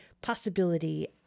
possibility